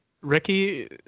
ricky